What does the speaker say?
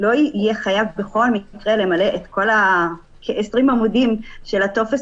לא יהיה חייב בכל מקרה למלא את כל כ-20 עמודים של הטופס